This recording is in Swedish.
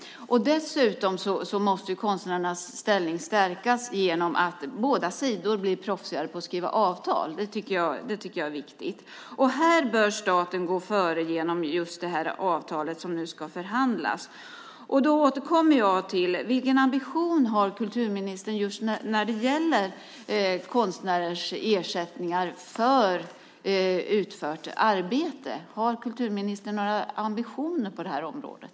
Konstnärernas ställning måste också stärkas genom att båda sidor blir proffsigare på att skriva avtal. Det är viktigt. Här bör staten gå före just genom det avtal som nu ska förhandlas fram. Jag återkommer därför till frågan om vilken ambition kulturministern har när det gäller konstnärers ersättning för utfört arbete. Har kulturministern några ambitioner på det området?